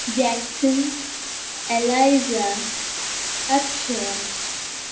Jackson Eliza ਅਪਸਾ